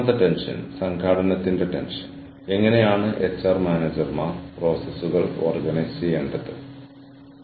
ഈ കോഴ്സിന്റെ തുടക്കത്തിൽ തന്നെ നമ്മൾ സംസാരിച്ചത് നിങ്ങൾ ഓർക്കുന്നുണ്ടെങ്കിൽ അതിരുകളില്ലാത്ത ഓർഗനൈസേഷനുമായി ഇത് ബന്ധപ്പെട്ടിരിക്കുന്നു